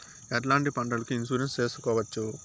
ఎట్లాంటి పంటలకు ఇన్సూరెన్సు చేసుకోవచ్చు?